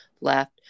left